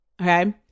okay